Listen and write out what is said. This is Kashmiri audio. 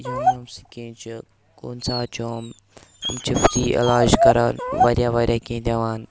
یِم یِم سِکیٖم چھِ کُنہِ ساتہٕ چھِ یِم یِم چھِ فِرٛی علاج کَران واریاہ واریاہ کینٛہہ دِوان